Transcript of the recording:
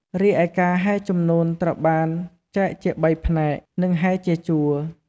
រីឯការហែជំនូនត្រូវបានចែកជាបីផ្នែក និងហែជាជួរៗ។